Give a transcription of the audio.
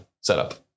setup